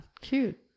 Cute